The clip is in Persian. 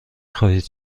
خواهید